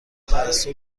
تعصب